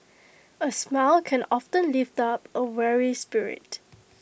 A smile can often lift up A weary spirit